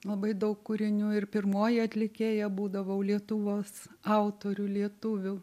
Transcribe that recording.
labai daug kūrinių ir pirmoji atlikėja būdavau lietuvos autorių lietuvių